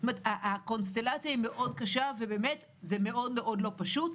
זאת אומרת הקונסטלציה היא מאוד קשה ובאמת זה מאוד מאוד לא פשוט,